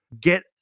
Get